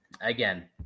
again